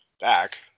back